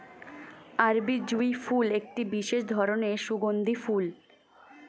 আরবি জুঁই ফুল একটি বিশেষ ধরনের সুগন্ধি ফুল